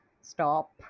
stop